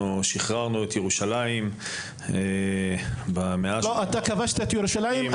אנחנו שיחררנו את ירושלים במאה --- אתה כבשת את ירושלים,